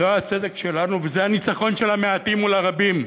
זה הצדק שלנו וזה הניצחון של המעטים מול הרבים.